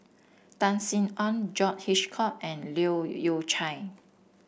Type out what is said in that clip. Tan Sin Aun John Hitchcock and Leu Yew Chye